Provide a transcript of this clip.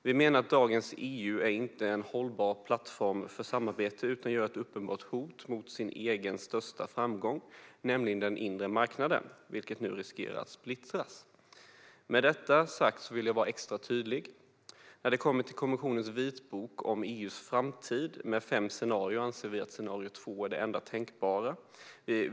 Vi menar att dagens EU inte är en hållbar plattform för samarbete utan utgör ett uppenbart hot mot sin egen största framgång, nämligen den inre marknaden, vilken nu riskerar att splittras. Med detta sagt vill jag vara extra tydlig: När det gäller kommissionens vitbok om EU:s framtid, som innehåller fem scenarier, anser vi att scenario 2 är det enda tänkbara.